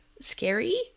scary